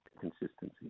consistency